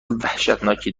وحشتناکی